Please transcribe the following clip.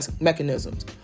mechanisms